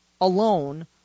alone